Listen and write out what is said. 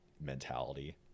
mentality